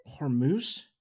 Hormuz